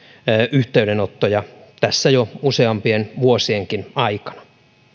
yhteydenottoja tässä jo useimpienkin vuosien aikana